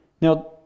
Now